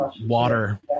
water